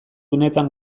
unetan